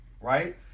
right